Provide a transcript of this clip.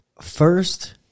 First